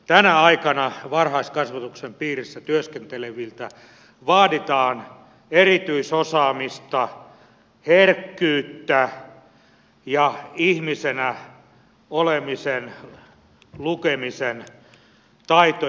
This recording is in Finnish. tänä aikana varhaiskasvatuksen piirissä työskenteleviltä vaaditaan erityisosaamista herkkyyttä ja ihmisenä olemisen lukemisen taitoja